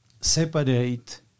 separate